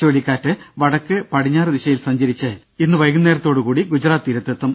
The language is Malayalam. ചുഴലിക്കാറ്റ് വടക്ക് പടിഞ്ഞാറ് ദിശയിൽ സഞ്ചരിച്ച് ഇന്ന് വൈകുന്നേരത്തോടുകൂടി ഗുജറാത്ത് തീരത്തെത്തും